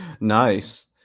Nice